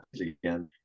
again